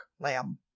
lamb